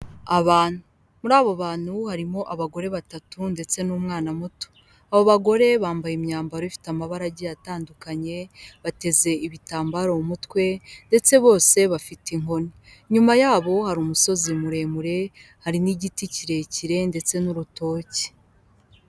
Abantu, muri abo bantu harimo abagore batatu ndetse n'umwana muto, abo bagore bambaye imyambaro ifite amabara agiye atandukanye, bateze ibitambaro mu mutwe, ndetse bose bafite inkoni, inyuma yabo hari umusozi muremure, hari n'igiti kirekire, ndetse n'urutoki.